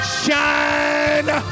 shine